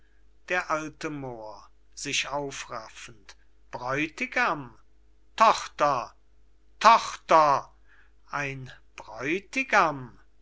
d a moor sich aufraffend bräutigam tochter tochter ein bräutigam